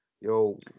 yo